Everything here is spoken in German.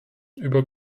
über